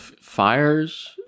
fires